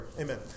Amen